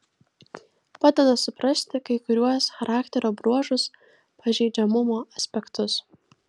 padeda suprasti kai kuriuos charakterio bruožus pažeidžiamumo aspektus